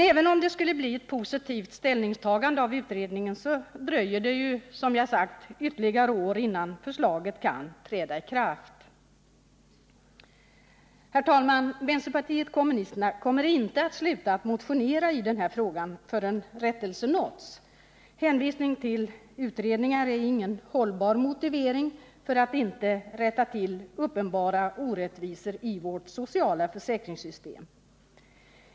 Även om det skulle bli ett positivt ställningstagande av utredningen, så dröjer det ju, som vi har sagt, ytterligare ett antal år innan förslaget kan träda i kraft. Herr talman! Vänsterpartiet kommunisterna kommer inte att sluta motionera i frågan förrän rättelse nåtts. Hänvisning till utredningar är ingen hållbar motivering för att inte rätta till uppenbara orättvisor i vårt socialförsäkringssystem.